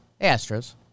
Astros